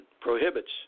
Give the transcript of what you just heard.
prohibits